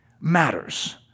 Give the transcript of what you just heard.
matters